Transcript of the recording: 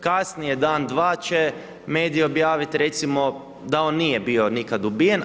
Kasnije dan dva će mesiji objaviti recimo da on nije bio nikada ubijen.